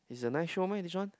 it's a nice show meh this one